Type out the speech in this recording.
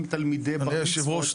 תלמידי בר מצוות --- אדוני היושב ראש,